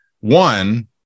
one